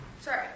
Sorry